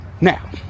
Now